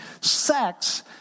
Sex